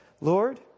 Lord